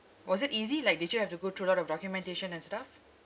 was it easy like did you have to go through a lot of documentation and stuff